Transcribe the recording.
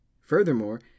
Furthermore